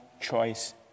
choice